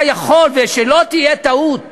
אתה יכול, ושלא תהיה טעות,